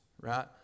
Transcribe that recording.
right